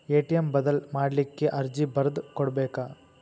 ATM ಬದಲ್ ಮಾಡ್ಲಿಕ್ಕೆ ಅರ್ಜಿ ಬರ್ದ್ ಕೊಡ್ಬೆಕ